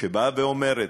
שבאה ואומרת: